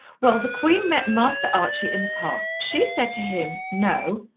well, the queen met master archie in the park. she said to him, no,